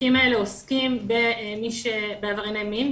החוקים האלה עוסקים בעברייני מין,